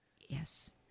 Yes